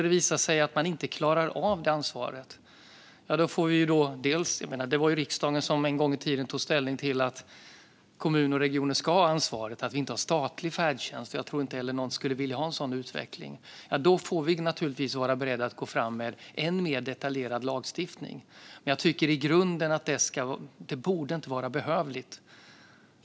Det var ju riksdagen som en gång tog ställning till detta och slog fast att kommuner och regioner ska ha ansvaret, alltså att vi inte har statlig färdtjänst. Jag tror inte att någon skulle vilja ha en sådan utveckling. Skulle det visa sig att kommuner och regioner inte klarar av det ansvaret får vi naturligtvis vara beredda att gå fram med än mer detaljerad lagstiftning. Men det borde inte vara behövligt.